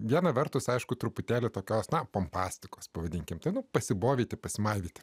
viena vertus aišku truputėlį tokios na pompastikos pavadinkime ten pasibovyti pasimaivyti